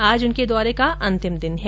आज उनके दौरे का अंतिम दिन है